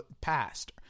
passed